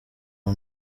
are